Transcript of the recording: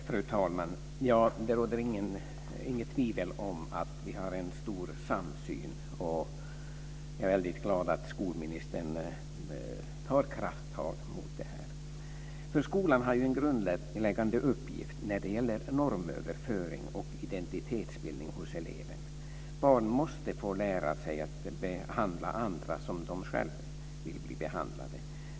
Fru talman! Det råder inget tvivel om att vi har en stor samsyn. Jag är väldigt glad att skolministern tar krafttag mot det här. Skolan har ju en grundläggande uppgift när det gäller normöverföring och identitetsbildning hos eleven. Barn måste få lära sig att behandla andra som de själva vill behandlade.